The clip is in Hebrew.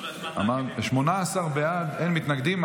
18 בעד, אין מתנגדים.